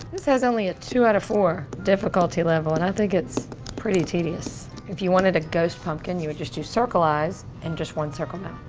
this has only a two out of four difficulty level and i think it's pretty tedious. if you wanted a ghost pumpkin you would just do circle eyes and just one circle mouth.